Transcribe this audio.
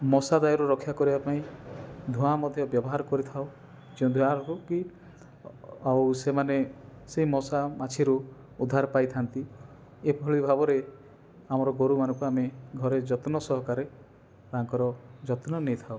ମଶା ଦାଉରୁ ରକ୍ଷା କରିବାପାଇଁ ଧୂଆଁ ମଧ୍ୟ ବ୍ୟବହାର କରିଥାଉ ଆଉ ସେମାନେ ସେ ମଶା ମାଛିରୁ ମାଛିରୁ ଉଦ୍ଧାର ପାଇଥାନ୍ତି ଏଭଳି ଭାବରେ ଆମର ଗୋରୁମାନଙ୍କୁ ଆମେ ଘରେ ଯତ୍ନ ସହକାରେ ତାଙ୍କର ଯତ୍ନ ନେଇଥାଉ